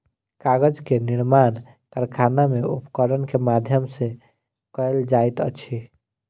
कागज के निर्माण कारखाना में उपकरण के माध्यम सॅ कयल जाइत अछि